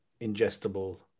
ingestible